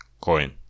coin